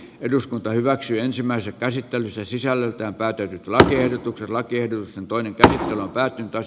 eduskunta hyväksyi ensimmäisen käsittelyssä sisällöltään päätynyt laihdutuksella keiden toinen pää taas